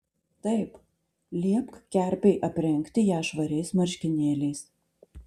taip liepk kerpei aprengti ją švariais marškinėliais